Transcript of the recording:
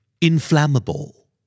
Inflammable